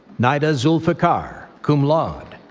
nida zulfiqar, cum laude.